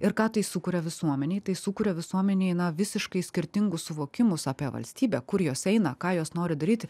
ir ką tai sukuria visuomenėj tai sukuria visuomenėj na visiškai skirtingus suvokimus apie valstybę kur jos eina ką jos nori daryti